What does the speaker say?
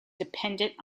dependent